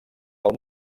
pel